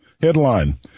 Headline